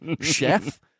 Chef